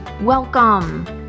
Welcome